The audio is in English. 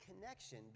connection